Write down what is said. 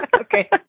Okay